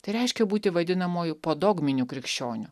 tai reiškia būti vadinamuoju podogminiu krikščioniu